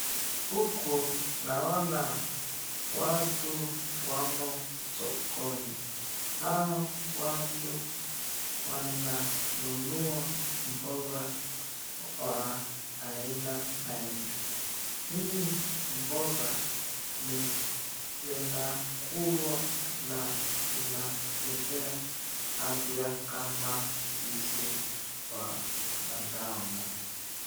Huku naona watu wamo sokoni hao watu wananunua mboga ya aina aina. Hii mboga inakulwa na inatupea afya kama sisi wanadamu.